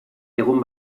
egon